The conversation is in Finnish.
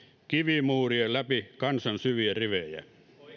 kivimuurien läpi kansan syviä rivejä